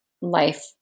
life